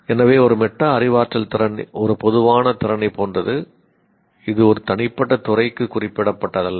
எனவே ஒரு மெட்டா அறிவாற்றல் திறன் ஒரு பொதுவான திறனைப் போன்றது இது ஒரு தனிப்பட்ட துறைக்கு குறிப்பிடப்பட்டதல்ல